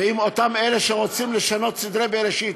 ואם אותם אלה שרוצים לשנות סדרי בראשית,